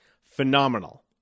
phenomenal